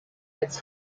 its